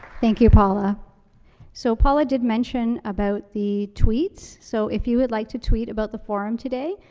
thank you, paula. so paula did mention about the tweets. so if you would like to tweet about the forum today,